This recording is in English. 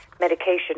medication